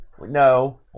No